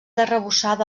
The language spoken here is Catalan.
arrebossada